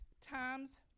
times